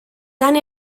tant